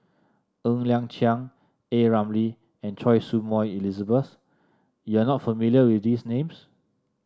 Ng Liang Chiang A Ramli and Choy Su Moi Elizabeth you are not familiar with these names